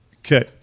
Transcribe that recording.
Okay